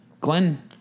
Glenn